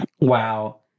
Wow